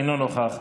אינו נוכח,